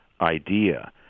idea